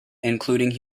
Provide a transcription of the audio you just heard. including